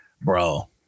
bro